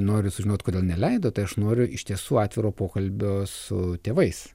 noriu sužinot kodėl neleido tai aš noriu iš tiesų atviro pokalbio su tėvais